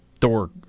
Thor